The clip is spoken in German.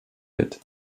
wird